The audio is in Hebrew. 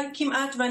רק